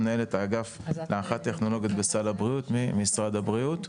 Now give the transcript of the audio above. מנהלת האגף להערכת טכנולוגיות בסל הבריאות ממשרד הבריאות,